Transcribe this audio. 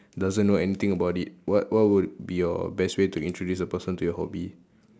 doesn't know anything about it what what would be your best way to introduce the person to your hobby